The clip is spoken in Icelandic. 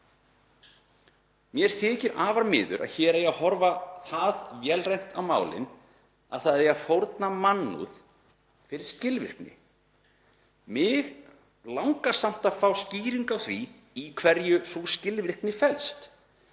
Mér þykir afar miður að hér eigi að horfa það vélrænt á málin að fórna eigi mannúð fyrir skilvirkni. Mig langar samt að fá skýringu á því í hverju sú skilvirkni felst.